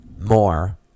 more